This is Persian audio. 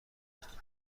پرتاتون